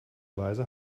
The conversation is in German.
weise